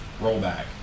rollback